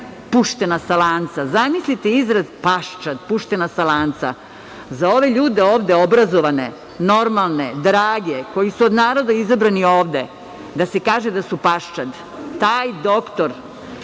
puštena sa lanca. Zamislite izraz paščad puštena sa lanca. Za ove ljude ovde, obrazovane, normalne, drage, koji su od naroda izabrani ovde da se kaže da su paščad. Taj doktor,